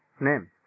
name